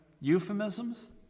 euphemisms